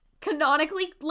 canonically